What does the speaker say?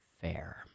fair